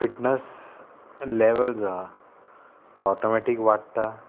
fitness level जो आहा तो ऑटोमॅटीक वाडटा